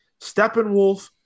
Steppenwolf